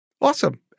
Awesome